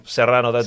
Serrano